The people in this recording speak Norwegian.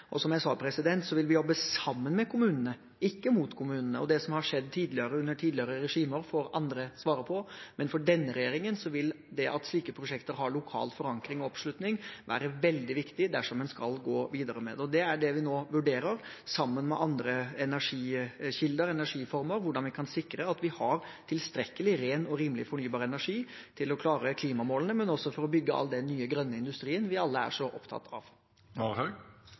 Som jeg sa, vil vi jobbe sammen med kommunene, ikke mot kommunene. Det som har skjedd tidligere, under tidligere regimer, får andre svare på, men for denne regjeringen vil det at slike prosjekter har lokal forankring og oppslutning, være veldig viktig dersom en skal gå videre med det. Det er det vi nå vurderer, sammen med andre energikilder og energiformer, hvordan vi kan sikre at vi har tilstrekkelig, ren og rimelig fornybar energi til å klare klimamålene, men også til å bygge all den nye, grønne industrien vi alle er så opptatt av.